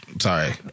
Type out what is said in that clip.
sorry